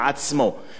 מה שקורה עכשיו,